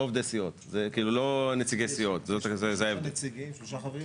בוא נגיד כל פעילות שנעשית לטובתה של סיעה,